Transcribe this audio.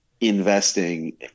investing